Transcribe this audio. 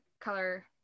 color